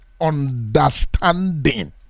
understanding